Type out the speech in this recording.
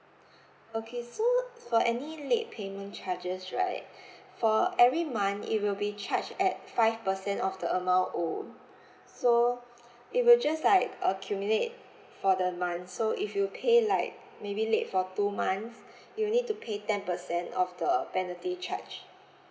okay so for any late payment charges right for every month it will be charged at five percent of the amount owned so it will just like accumulate for the month so if you pay like maybe late for two months you will need to pay ten percent of the penalty charge